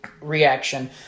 reaction